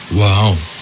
wow